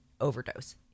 overdose